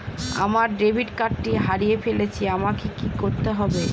আমার ডেবিট কার্ডটা হারিয়ে ফেলেছি আমাকে কি করতে হবে?